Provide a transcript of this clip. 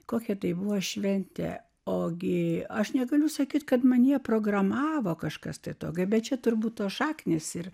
kokia tai buvo šventė ogi aš negaliu sakyti kad manyje programavo kažkas tokio bet čia turbūt to šaknys ir